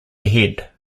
ahead